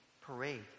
parade